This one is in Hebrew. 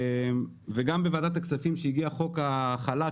גם בוועדת הכספים כשהגיע חוק החל"ת,